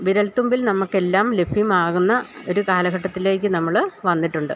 വിരൽത്തുമ്പിൽ നമുക്കെല്ലാം ലഭ്യമാകുന്ന ഒരു കാലഘട്ടത്തിലേക്കു നമ്മള് വന്നിട്ടുണ്ട്